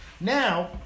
Now